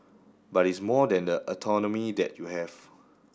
but it's more than the autonomy that you have